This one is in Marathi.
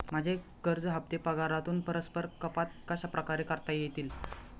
माझे कर्ज हफ्ते पगारातून परस्पर कपात कशाप्रकारे करता येतील?